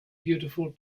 beautiful